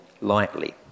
lightly